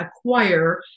acquire